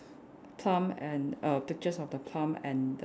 plum and err pictures of the plum and the